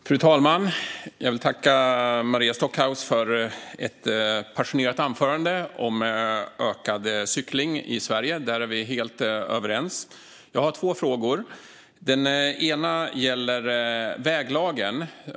Fru talman! Jag vill tacka Maria Stockhaus för ett passionerat anförande om ökad cykling i Sverige. Där är vi helt överens. Jag har två frågor. Den ena gäller väglagen.